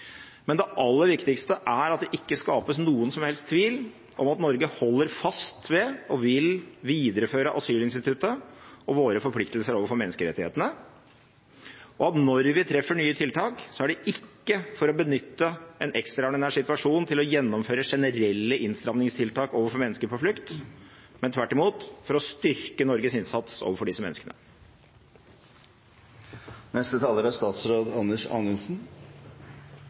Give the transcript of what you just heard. Men det aller viktigste er at det ikke skapes noen som helst tvil om at Norge holder fast ved og vil videreføre asylinstituttet og våre forpliktelser overfor menneskerettighetene, og at når vi treffer nye tiltak, er det ikke for å benytte en ekstraordinær situasjon til å gjennomføre generelle innstramningstiltak overfor mennesker på flukt, men tvert imot for å styrke Norges innsats overfor disse menneskene.